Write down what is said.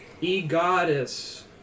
E-Goddess